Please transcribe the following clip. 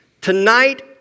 Tonight